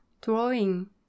drawing